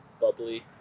bubbly